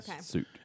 suit